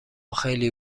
خیلی